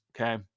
Okay